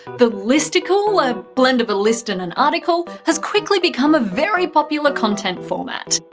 the listicle a blend of list and and article has quickly become a very popular content format.